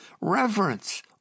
Reverence